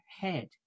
head